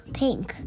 pink